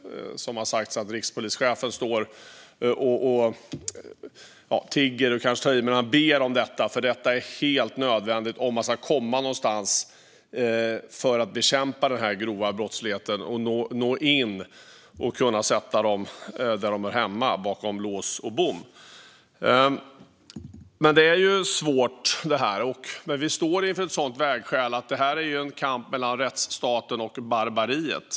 Att rikspolischefen står och tigger är kanske att ta i, men han ber om detta. Det är nämligen helt nödvändigt om man ska komma någonstans med att bekämpa den grova brottsligheten och sätta brottslingarna där de hör hemma: bakom lås och bom. Detta är svårt, men vi står inför ett vägskäl. Det här är en kamp mellan rättsstaten och barbariet.